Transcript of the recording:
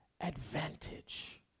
advantage